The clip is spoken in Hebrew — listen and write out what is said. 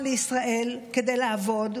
לישראל כדי לעבוד,